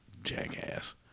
Jackass